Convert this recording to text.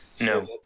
No